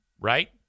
Right